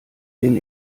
den